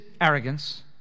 arrogance